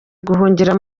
guhungira